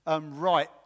right